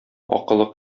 акылы